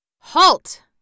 Halt